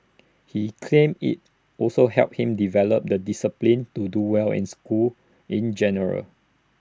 he claims IT also helped him develop the discipline to do well in school in general